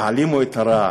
תעלימו את הרע.